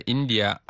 India